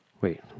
Wait